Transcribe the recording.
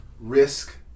risk